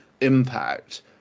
impact